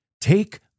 Take